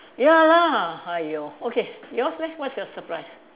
ya lah !haiyo! okay yours leh what's your surprise